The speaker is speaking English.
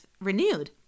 renewed